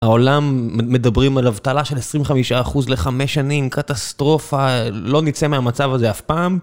העולם מדברים על אבטלה של 25% ל-5 שנים, קטסטרופה, לא נצא מהמצב הזה אף פעם.